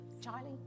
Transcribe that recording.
Charlie